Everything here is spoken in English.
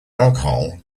alcohol